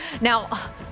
Now